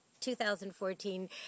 2014